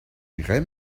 rirai